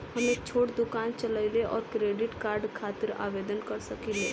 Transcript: हम एक छोटा दुकान चलवइले और क्रेडिट कार्ड खातिर आवेदन कर सकिले?